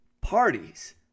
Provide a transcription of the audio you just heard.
parties